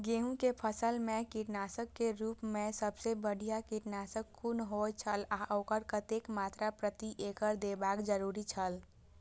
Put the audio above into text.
गेहूं के फसल मेय कीटनाशक के रुप मेय सबसे बढ़िया कीटनाशक कुन होए छल आ ओकर कतेक मात्रा प्रति एकड़ देबाक जरुरी छल?